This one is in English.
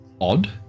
odd